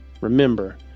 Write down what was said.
Remember